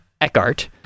Eckhart